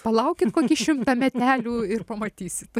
palaukit kokį šimtą metelių ir pamatysit